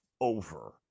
over